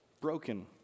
broken